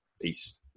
peace